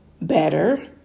better